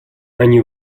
они